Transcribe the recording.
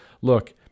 look